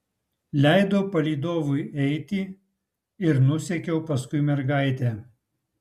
leidau palydovui eiti ir nusekiau paskui mergaitę